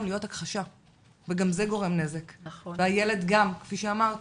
להיות הכחשה וגם זה גורם נזק והילד גם כפי שאמרת,